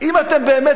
אם אתם באמת,